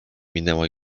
minęła